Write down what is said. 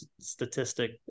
statistic